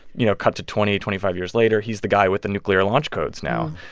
you know, cut to twenty, twenty five years later, he's the guy with the nuclear launch codes now.